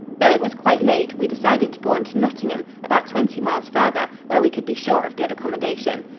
though it was quite late, we decided to go on to nottingham, about twenty miles farther, where we could be sure of good accommodation.